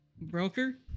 Broker